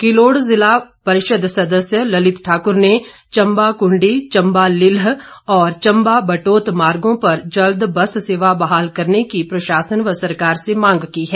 किलोड़ जिला परिषद सदस्य ललित ठाकुर ने चंबा कुंडी चंबा लिल्ह और चंबा बटोत मार्गो पर जल्द बस सेवा बहाल करने की प्रशासन व सरकार से मांग की है